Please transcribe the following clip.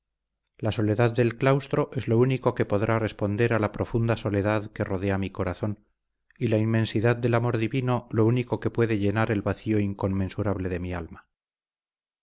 la soledad del claustro es lo único que podrá responder a la profunda soledad que rodea mi corazón y la inmensidad del amor divino lo único que puede llenar el vacío incomensurable de mi alma